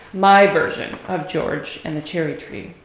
my version of george and the cherry tree.